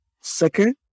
Second